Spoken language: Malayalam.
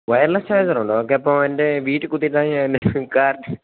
വയർലെസ് ചാർജറുണ്ടോ ഓക്കെ അപ്പോള് എൻ്റെ വീട്ടില് കുത്തിയിട്ടാല് ഞാൻ